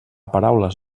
paraules